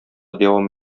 дәвам